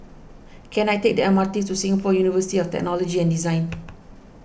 can I take the M R T to Singapore University of Technology and Design